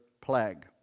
plague